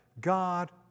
God